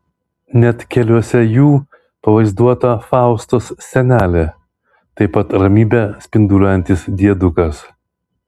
net keliuose jų pavaizduota faustos senelė taip pat ramybe spinduliuojantis diedukas